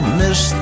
miss